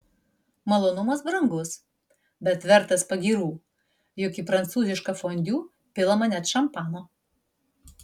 malonumas brangus bet vertas pagyrų juk į prancūzišką fondiu pilama net šampano